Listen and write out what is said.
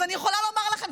אז אני יכולה לומר לכם,